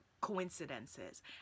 coincidences